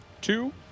Two